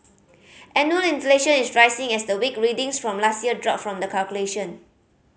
annual inflation is rising as the weak readings from last year drop from the calculation